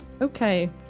Okay